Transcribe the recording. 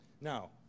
Now